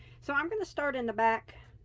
so i'm gonna start in the back